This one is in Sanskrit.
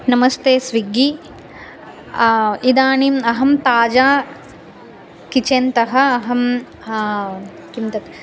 नमस्ते स्विग्गी इदानीम् अहं ताजा किचेन् तः अहम् किं तत्